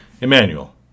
Emmanuel